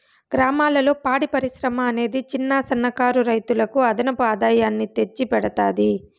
గ్రామాలలో పాడి పరిశ్రమ అనేది చిన్న, సన్న కారు రైతులకు అదనపు ఆదాయాన్ని తెచ్చి పెడతాది